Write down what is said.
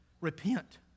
Repent